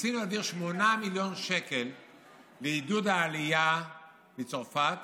ניסינו להעביר 8 מיליון שקל לעידוד העלייה מצרפת